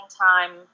time